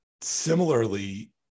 similarly